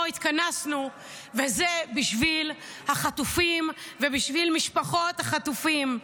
התכנסנו והוא בשביל החטופים ובשביל משפחות החטופים.